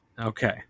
Okay